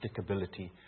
stickability